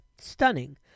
stunning